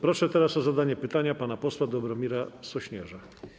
Proszę teraz o zadanie pytania pana posła Dobromira Sośnierza.